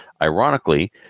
Ironically